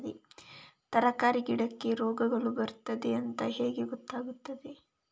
ತರಕಾರಿ ಗಿಡಕ್ಕೆ ರೋಗಗಳು ಬರ್ತದೆ ಅಂತ ಹೇಗೆ ಗೊತ್ತಾಗುತ್ತದೆ?